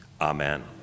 Amen